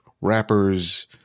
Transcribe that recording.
rappers